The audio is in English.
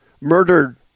murdered